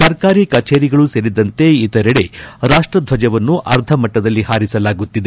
ಸರ್ಕಾರಿ ಕಚೇರಿಗಳೂ ಸೇರಿದಂತೆ ಇತರೆಡೆ ರಾಷ್ಸಧ್ವಜವನ್ನು ಅರ್ಧಮಟ್ಟದಲ್ಲಿ ಹಾರಿಸಲಾಗುತ್ತಿದೆ